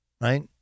Right